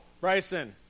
Bryson